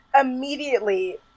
immediately